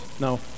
No